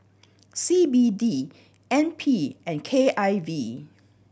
C B D N P and K I V